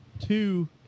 two